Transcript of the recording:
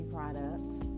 products